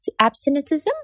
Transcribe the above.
abstinence